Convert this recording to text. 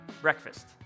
breakfast